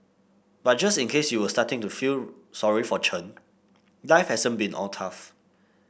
but just in case you were starting to feel sorry for Chen life hasn't been all tough